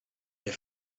der